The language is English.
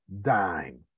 dime